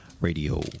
radio